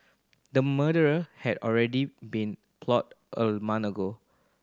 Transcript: the murder had already been plotted a month ago